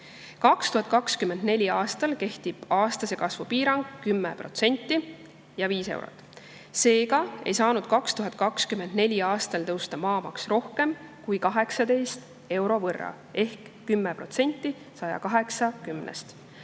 2024. aastal kehtib aastase kasvu piirang 10% ja 5 eurot. Seega ei saanud 2024. aastal tõusta maamaks rohkem kui 18 euro võrra ehk 10% 180-st.